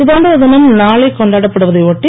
கதந்திர தினம் நாளை கொண்டாடப்படுவதை ஒட்டி